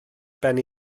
ben